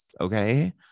Okay